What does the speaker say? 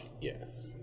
Yes